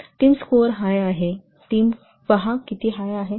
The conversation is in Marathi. टीम स्कोर हाय आहे टीम पहा किती हाय आहे